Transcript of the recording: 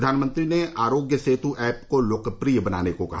प्रधानमंत्री ने आरोग्य सेतु ऐप को लोकप्रिय बनाने को कहा